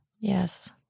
Yes